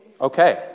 Okay